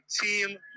team